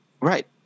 Right